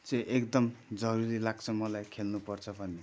चाहिँ एकदम जरुरी लाग्छ मलाई खेल्नुपर्छ भन्ने